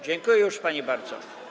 Dziękuję już pani bardzo.